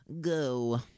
go